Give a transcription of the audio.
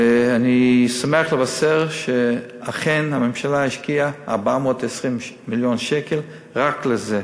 ואני שמח לבשר שאכן הממשלה השקיעה 420 מיליון שקלים רק בזה.